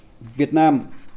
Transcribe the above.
Vietnam